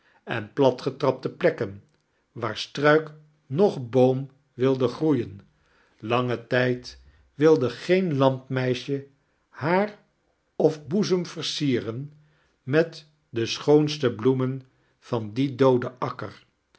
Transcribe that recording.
en platgetrapte plekken waar struik noon boom wilde groeien langen tijd wilde geen landmeisje haar of boezem versiaren met de schoonste bloemen van dien doodenakker